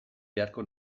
beharko